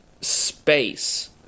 space